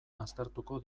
aztertuko